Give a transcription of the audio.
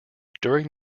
during